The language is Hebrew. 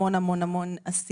המון המון עשייה,